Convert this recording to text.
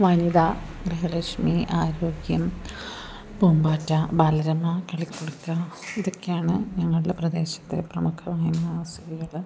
വനിത ഗൃഹലക്ഷ്മി ആരോഗ്യം പൂമ്പാറ്റ ബാലരമ കളിക്കുടുക്ക ഇതൊക്കെയാണ് ഞങ്ങളുടെ പ്രദേശത്തെ പ്രമുഖമായ മാസികകൾ